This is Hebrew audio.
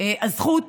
הזכות